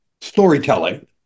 storytelling